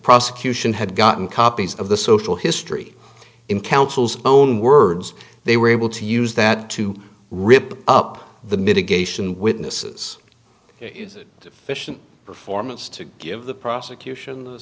prosecution had gotten copies of the social history in counsel's own words they were able to use that to rip up the mitigation witnesses deficient performance to give the prosecution